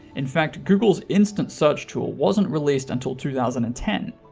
in fact google's instant search tool wasn't released until two thousand and ten.